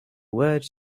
words